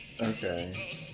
Okay